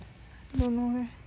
don't know leh